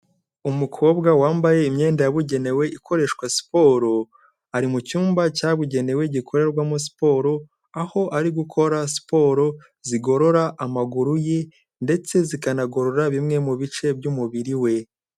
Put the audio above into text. Umukobwa wambaye imyenda yabugenewe ikoreshwa siporo, ari mu cyumba cyabugenewe gikorerwamo siporo, aho ari gukora siporo zigorora amaguru ye ndetse zikanagorora bimwe mu bice by'umubiri we.